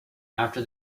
after